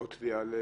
או בתביעה.